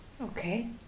Okay